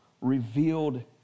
revealed